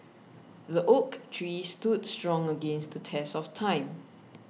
the oak tree stood strong against the test of time